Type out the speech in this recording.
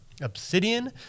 Obsidian